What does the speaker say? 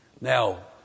Now